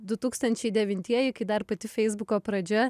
du tūkstančiai devintieji kai dar pati feisbuko pradžia